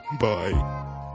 Bye